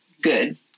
Good